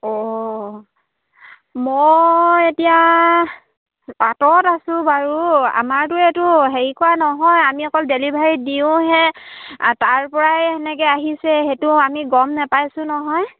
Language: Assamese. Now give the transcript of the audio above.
অঁ মই এতিয়া বাটত আছোঁ বাৰু আমাৰতো এইটো হেৰি কৰা নহয় আমি অকল ডেলিভাৰী দিওঁহে তাৰ পৰাই সেনেকে আহিছে সেইটো আমি গম নেপাইছোঁ নহয়